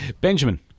Benjamin